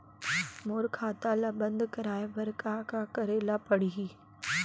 मोर खाता ल बन्द कराये बर का का करे ल पड़ही?